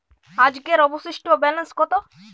আজকের অবশিষ্ট ব্যালেন্স কত?